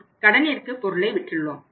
நாம் கடனிற்கு பொருளை விற்றுள்ளோம்